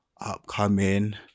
upcoming